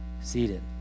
seated